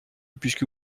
puisque